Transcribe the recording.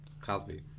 Cosby